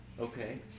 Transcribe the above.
Okay